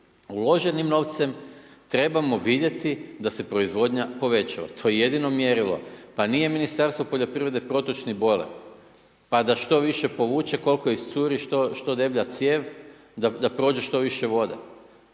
Uloženim novcem trebamo vidjeti da se proizvodnja povećava. To je jedino mjerilo. Pa nije Ministarstvo poljoprivrede protočni bojler pa da što više povuče, koliko iscuri što deblja cijev da prođe što više vode.